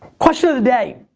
question of the day,